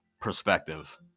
perspective